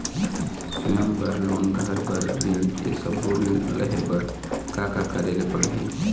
स्वयं बर लोन, घर बर ऋण, ये सब्बो ऋण लहे बर का का करे ले पड़ही?